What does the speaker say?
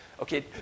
Okay